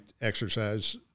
exercise